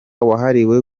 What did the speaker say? wahariwe